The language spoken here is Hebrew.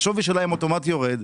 השווי שלהם אוטומטית יורד.